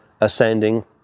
ascending